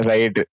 Right